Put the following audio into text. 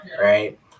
right